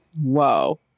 whoa